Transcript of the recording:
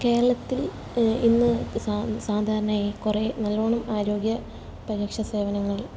കേരളത്തില് ഇന്ന് സാധാരണയായി കുറേ നല്ലവണ്ണം ആരോഗ്യ പരിരക്ഷാ സേവനങ്ങള്